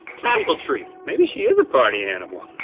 tassel tree. maybe she is a party animal.